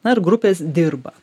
na ir grupės dirba